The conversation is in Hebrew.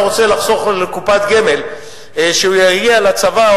רוצה לחסוך לקופת גמל שכשהוא יגיע לצבא,